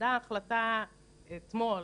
ניתנה החלטה אתמול